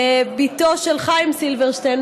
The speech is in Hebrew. בתו של חיים סילברשטיין,